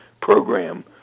program